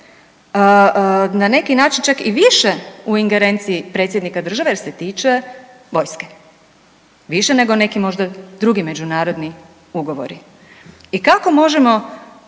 na neki način čak i više u ingerenciji predsjednika države jer se tiče vojske, više nego neki možda drugi međunarodni ugovori. I kako možemo